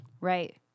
Right